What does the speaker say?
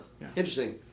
Interesting